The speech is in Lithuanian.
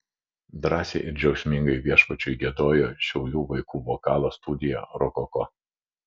drąsiai ir džiaugsmingai viešpačiui giedojo šiaulių vaikų vokalo studija rokoko